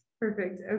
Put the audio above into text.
Perfect